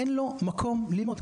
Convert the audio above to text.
אין לו מקום ללמוד,